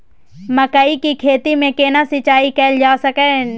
मकई की खेती में केना सिंचाई कैल जा सकलय हन?